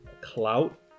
clout